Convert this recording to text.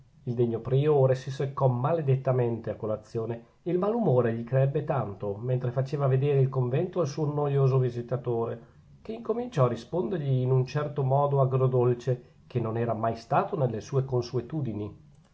il degno priore si seccò maledettamente a colazione e il malumore gli crebbe tanto mentre faceva vedere il convento al suo noioso visitatore che incominciò a rispondergli in un certo modo agrodolce che non era mai stato nelle sue consuetudini